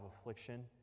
affliction